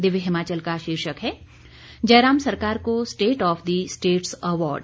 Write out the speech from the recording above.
दिव्य हिमाचल का शीर्षक है जयराम सरकार को state of the states award